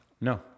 No